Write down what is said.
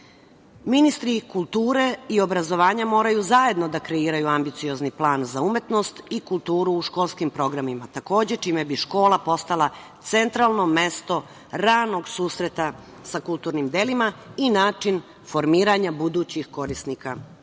ljudi. Ministri kulture i obrazovanja moraju zajedno da kreiraju ambiciozni plan za umetnost i kulturu u školskim programima, takođe čime bi škola postala centralno mesto ranog susreta sa kulturnim delima i način formiranja budućih korisnika